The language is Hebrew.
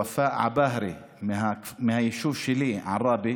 ופאא עבאהרה, היא מהיישוב שלי, עראבה.